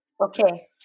Okay